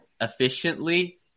efficiently